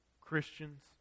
Christians